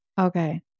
Okay